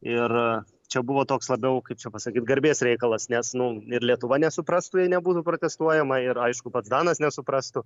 ir čia buvo toks labiau kaip čia pasakyt garbės reikalas nes nu ir lietuva nesuprastų jei nebūtų protestuojama ir aišku pats danas nesuprastų